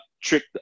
trick